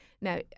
now